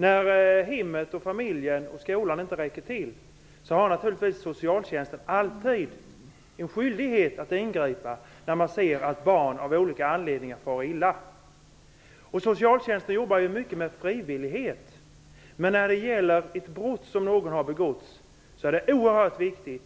När hemmet, familjen och skolan inte räcker till och när man ser att barn av olika anledningar far illa, har socialtjänsten naturligtvis alltid en skyldighet att ingripa. Socialtjänsten jobbar mycket med frivillighet, men när någon har begått ett brott är det oerhört viktigt